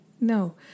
no